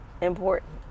important